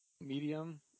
Medium